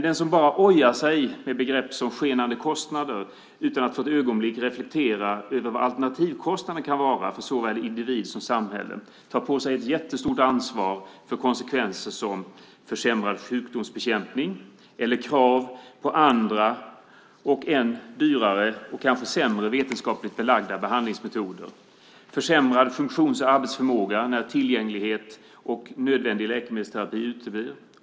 Den som bara ojar sig och använder sig av begrepp som skenande kostnader utan att för ett ögonblick reflektera över vad alternativkostnaden för såväl individ som samhälle kan vara tar på sig ett jättestort ansvar för konsekvenser som försämrad sjukdomsbekämpning, krav på andra, än dyrare och kanske sämre vetenskapligt belagda behandlingsmetoder och försämrad funktions och arbetsförmåga när nödvändig läkemedelsterapi uteblir.